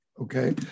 Okay